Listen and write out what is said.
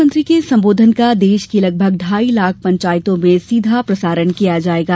प्रधानमंत्री के सम्बोधन का देश की लगभग ढाई लाख पंचायतों में सीधा प्रसारण किया जायेगा